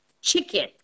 chicken